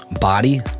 body